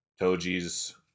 toji's